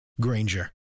Granger